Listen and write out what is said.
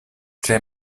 tre